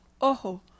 Ojo